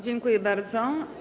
Dziękuję bardzo.